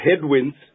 headwinds